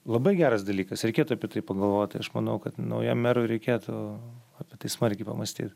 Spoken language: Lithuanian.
labai geras dalykas reikėtų apie tai pagalvoti aš manau kad naujam merui reikėtų apie tai smarkiai pamąstyt